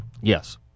Yes